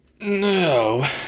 No